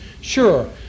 sure